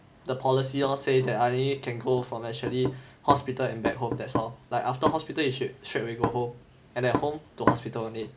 the policy lor say that I only can go from actually hospital and back home that's all like after hospital you should straightaway go home and then home to hospital only